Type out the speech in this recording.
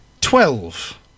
twelve